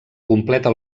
completa